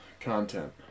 content